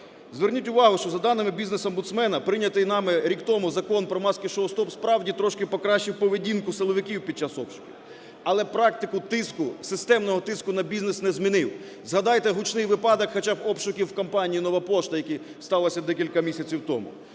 Зверніть увагу, що за даними бізнес-омбудсмена прийнятий нами рік тому Закон про "Маски-шоу стоп" справді трошки покращив поведінку силовиків під час обшуків. Але практику тиску, системного тиску на бізнес не змінив, згадайте гучний випадок хоча б обшуків в компанії "Нова Пошта", які сталися декілька місяців тому.